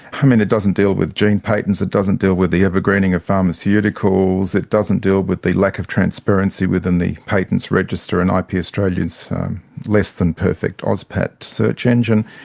i mean, it doesn't deal with gene patents, it doesn't deal with the evergreening of pharmaceuticals, it doesn't deal with the lack of transparency within the patents register and ip australia's less than perfect auspat search engine.